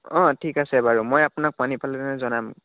অঁ ঠিক আছে বাৰু মই আপোনাক পানী পালে মানে জনাম